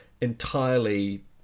entirely